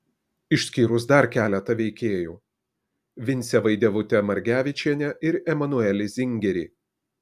išskyrus dar keletą veikėjų vincę vaidevutę margevičienę ir emanuelį zingerį